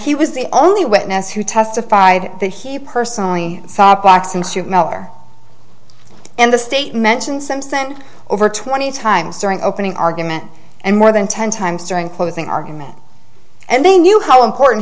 he was the only witness who testified that he personally saw blacks and shoot miller and the state mentioned some sent over twenty times during opening argument and more than ten times during closing argument and they knew how important